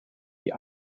die